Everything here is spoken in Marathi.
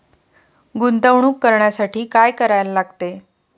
गुंतवणूक करण्यासाठी काय करायला लागते?